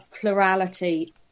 plurality